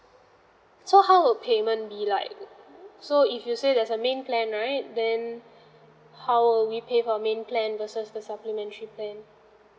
so how would payment be like so if you say there's a main plan right then how will we pay for main plan versus the supplementary plan